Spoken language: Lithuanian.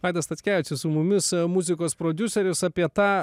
vaidas statkevičius su mumis muzikos prodiuseris apie tą